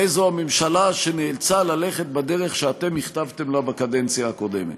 הרי זו הממשלה שנאלצה ללכת בדרך שאתם הכתבתם לה בקדנציה הקודמת: